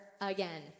again